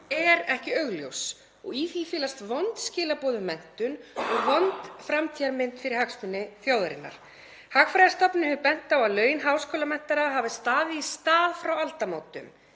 er ekki augljós og í því felast vond skilaboð um menntun og vond framtíðarmynd fyrir hagsmuni þjóðarinnar. Hagfræðistofnun hefur bent á að laun háskólamenntaðra hafi staðið í stað frá aldamótum.